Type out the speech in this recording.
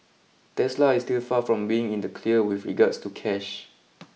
Tesla is still far from being in the clear with regards to cash